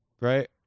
right